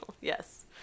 Yes